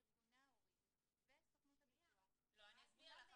ארגוני ההורים וסוכנות הביטוח -- אני אסביר לך,